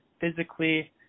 physically